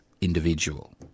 individual